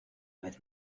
vez